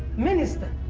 minister!